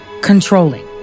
controlling